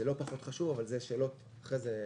זה לא פחות חשוב, אבל אלה שאלות משניות.